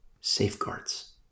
Safeguards